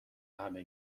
همه